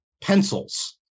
pencils